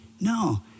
no